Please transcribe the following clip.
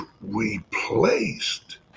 replaced